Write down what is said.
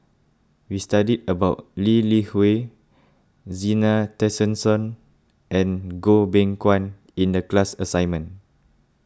we studied about Lee Li Hui Zena Tessensohn and Goh Beng Kwan in the class assignment